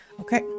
Okay